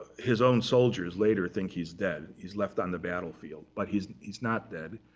his own soldiers later think he's dead. he's left on the battlefield. but he's he's not dead.